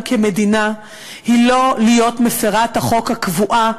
כמדינה היא לא להיות מפרת החוק הקבועה,